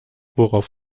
worauf